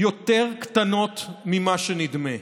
יותר קטנות ממה שנדמה.